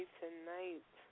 tonight